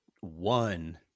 one